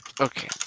Okay